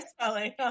spelling